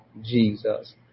Jesus